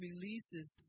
releases